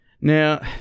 Now